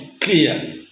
Clear